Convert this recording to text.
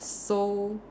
so